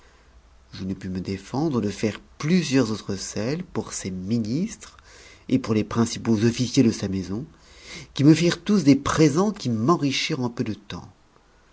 je ne pus me détendre de faire plusieurs seues pour ses ministres et pour les principaux officiers de sa maison qui me m'eut tous des présents qui m'enrichirent en peu de temps